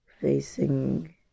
facing